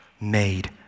made